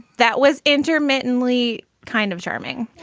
that was intermittently kind of charming.